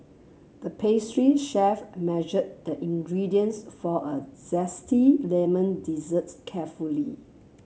the pastry chef measured the ingredients for a zesty lemon dessert carefully